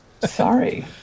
Sorry